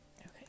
okay